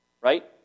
Right